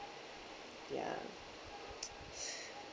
yeah